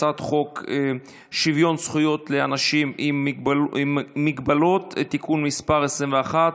הצעת חוק שוויון זכויות לאנשים עם מוגבלות (תיקון מס' 21)